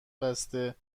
بسته